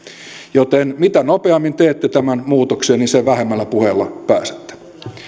joten mitä nopeammin teette tämän muutoksen niin sen vähemmällä puheella pääsette